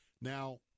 Now